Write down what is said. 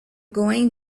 going